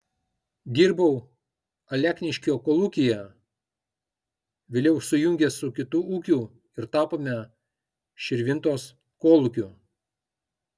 dirbau alekniškio kolūkyje vėliau sujungė su kitu ūkiu ir tapome širvintos kolūkiu